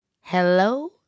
Hello